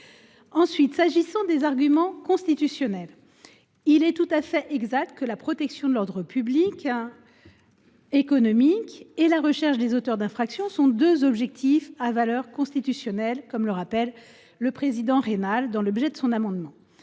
J’en viens aux arguments constitutionnels. Il est tout à fait exact que la protection de l’ordre public économique et la recherche des auteurs d’infractions sont deux objectifs à valeur constitutionnelle, comme le rappelle Claude Raynal dans l’objet de son amendement.